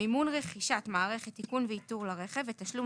מימון רכישת מערכת איכון ואיתור לרכב ותשלום